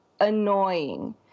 annoying